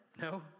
No